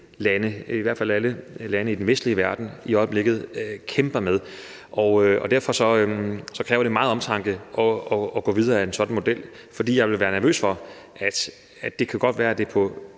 som i hvert fald alle lande i den vestlige verden i øjeblikket kæmper med. Derfor kræver det meget omtanke at gå videre med en sådan model, for jeg ville være nervøs for det. Det kan godt være, at det på